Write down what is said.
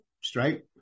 straight